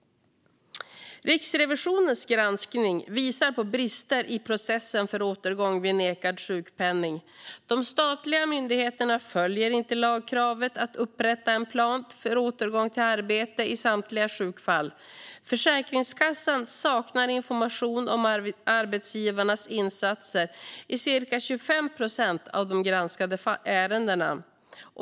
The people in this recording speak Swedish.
Riksrevisionens granskning visar på brister i processen för återgång vid nekad sjukpenning. De statliga myndigheterna följer inte lagkravet att upprätta en plan för återgång till arbete i samtliga sjukfall. Försäkringskassan saknar information om arbetsgivarnas insatser i cirka 25 procent av de granskade ärendena.